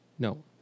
No